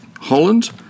Holland